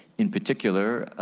in particular,